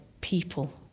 people